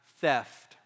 theft